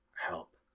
help